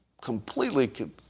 completely